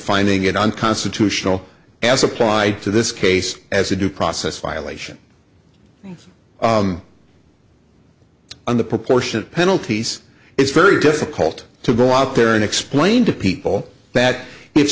finding it unconstitutional as applied to this case as a due process violation on the proportionate penalties it's very difficult to go out there and explain to people that if